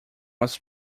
was